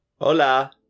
Hola